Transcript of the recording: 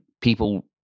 people